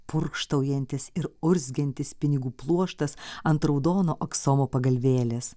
purkštaujantis ir urzgiantis pinigų pluoštas ant raudono aksomo pagalvėlės